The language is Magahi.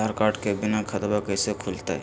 आधार कार्ड के बिना खाताबा कैसे खुल तय?